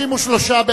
61,